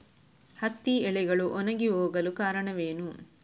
ಹತ್ತಿ ಎಲೆಗಳು ಒಣಗಿ ಹೋಗಲು ಕಾರಣವೇನು?